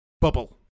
Bubble